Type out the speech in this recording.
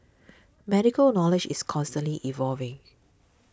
medical knowledge is constantly evolving